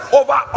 over